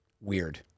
weird